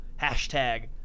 hashtag